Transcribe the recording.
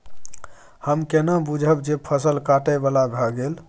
हम केना बुझब जे फसल काटय बला भ गेल?